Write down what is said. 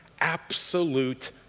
absolute